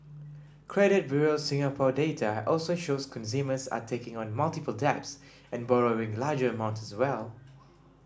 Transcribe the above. credit Bureau Singapore data also shows consumers are taking on multiple debts and borrowing larger amounts as well